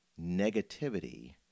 negativity